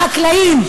החקלאים,